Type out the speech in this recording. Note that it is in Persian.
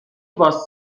باز